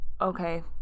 Okay